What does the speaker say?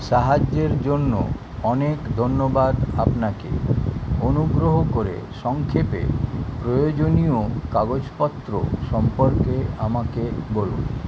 সাহায্যের জন্য অনেক ধন্যবাদ আপনাকে অনুগ্রহ করে সংক্ষেপে প্রয়োজনীয় কাগজপত্র সম্পর্কে আমাকে বলুন